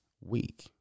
week